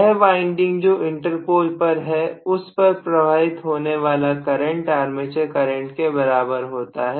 वह वाइंडिंग जो इंटरपोल पर है उस पर प्रवाहित होने वाला करंट आर्मेचर करंट के बराबर होता है